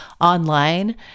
online